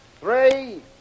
Three